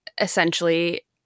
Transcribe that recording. essentially